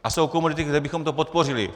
A jsou komodity, kde bychom to podpořili.